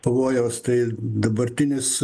pavojaus tai dabartinis